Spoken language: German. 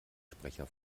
sprecher